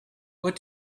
what